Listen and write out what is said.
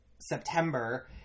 September